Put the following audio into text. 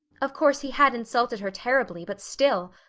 of course, he had insulted her terribly, but still!